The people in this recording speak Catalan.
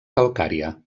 calcària